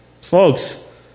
folks